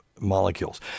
molecules